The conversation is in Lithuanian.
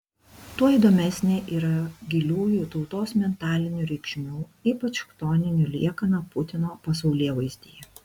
tuo įdomesnė yra giliųjų tautos mentalinių reikšmių ypač chtoninių liekana putino pasaulėvaizdyje